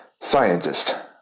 scientist